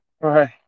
Right